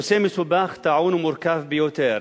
נושא מסובך, טעון ומורכב ביותר.